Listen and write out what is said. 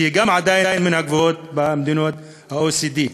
שעדיין היא מן הגבוהות במדינות ה-OECD.